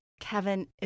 Kevin